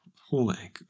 Holy